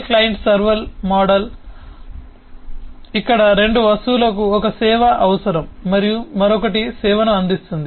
client server model ఇక్కడ రెండు వస్తువులకు ఒక సేవ అవసరం మరియు మరొకటి సేవను అందిస్తుంది